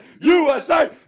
USA